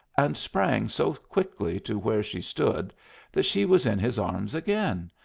and sprang so quickly to where she stood that she was in his arms again,